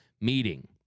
meeting